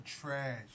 trash